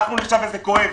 זה כואב.